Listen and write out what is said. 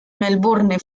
melbourne